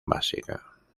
básica